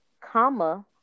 comma